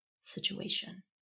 situation